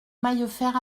maillefert